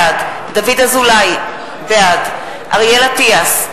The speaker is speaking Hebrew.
בעד דוד אזולאי, בעד אריאל אטיאס,